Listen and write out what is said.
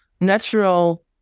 natural